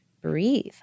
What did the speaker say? breathe